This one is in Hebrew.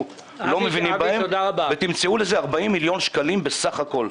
לא מבינים בהן ותמצאו לזה 40 מיליון שקלים בסך הכול.